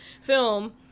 film